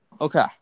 Okay